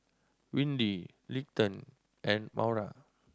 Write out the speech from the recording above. Windy Leighton and Maura